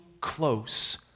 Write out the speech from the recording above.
close